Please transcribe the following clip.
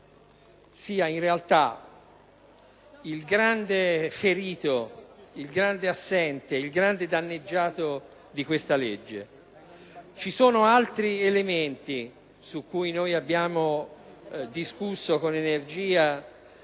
sia in realtail grande ferito, il grande assente, il grande danneggiato di questa legge. Ci sono altri elementi di cui abbiamo discusso con energia,